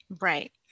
Right